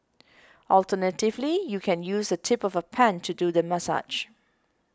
alternatively you can use the tip of a pen to do the massage